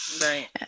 Right